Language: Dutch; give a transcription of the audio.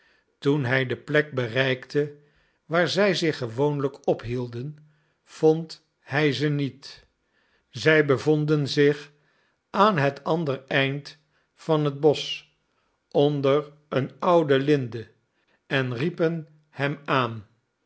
toen hij de plek bereikte waar zij zich gewoonlijk ophielden vond hij ze niet zij bevonden zich aan het ander eind van het bosch onder een oude linde en riepen hem aan